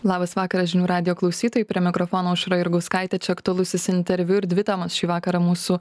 labas vakaras žinių radijo klausytojai prie mikrofono aušra jurgauskaitė čia aktualusis interviu ir dvi temos šį vakarą mūsų